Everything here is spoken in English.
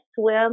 swim